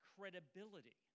Credibility